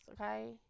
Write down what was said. okay